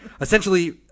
Essentially